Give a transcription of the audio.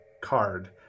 card